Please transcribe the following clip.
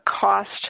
cost